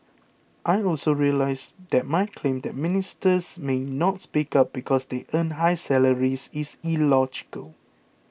I also realise that my claim that Ministers may not speak up because they earn high salaries is illogical